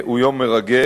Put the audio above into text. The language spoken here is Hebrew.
הוא יום מרגש,